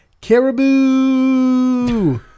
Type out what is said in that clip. caribou